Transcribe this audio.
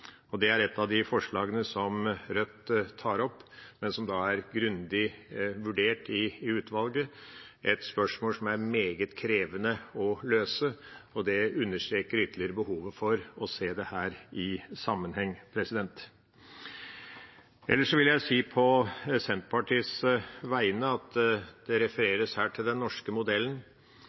Det er et av de forslagene som Rødt tar opp, men som er grundig vurdert i utvalget – et spørsmål som er meget krevende å løse, og det understreker ytterligere behovet for å se dette i sammenheng. Ellers vil jeg på Senterpartiets vegne si at det her refereres til den norske modellen.